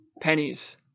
pennies